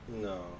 No